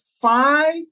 five